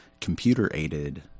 computer-aided